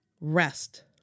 rest